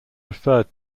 referred